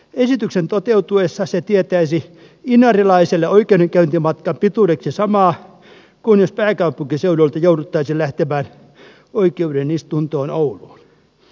esityksen toteutuessa se tietäisi inarilaiselle oikeudenkäyntimatkan pituudeksi samaa kuin jos pääkaupunkiseudulta jouduttaisiin lähtemään oikeudenistuntoon ouluun